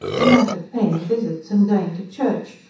than that of paying visits and going to church,